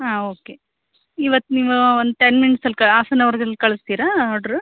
ಹಾಂ ಓಕೆ ಇವತ್ತು ನೀವೂ ಒಂದು ಟೆನ್ ಮಿನಿಟ್ಸಲ್ಲಿ ಹಾಫ್ ಆನ್ ಹವರಲ್ಲಿ ಕಳಿಸ್ತೀರಾ ಆರ್ಡರ್